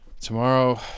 tomorrow